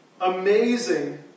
amazing